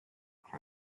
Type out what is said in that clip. close